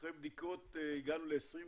שאחרי בדיקות הגענו ל-22,